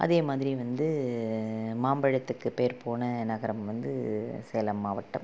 அதேமாதிரி வந்து மாம்பழத்துக்கு பேர் போன நகரம் வந்து சேலம் மாவட்டம்